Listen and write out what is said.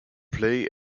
play